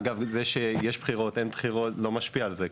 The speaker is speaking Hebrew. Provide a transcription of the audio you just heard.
אגב, זה שיש בחירות, אין בחירות, לא משפיע על זה.